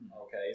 Okay